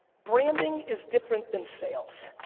branding is different than sales.